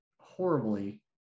horribly